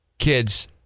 Kids